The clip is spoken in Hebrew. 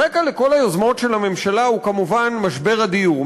הרקע לכל היוזמות של הממשלה הוא כמובן משבר הדיור,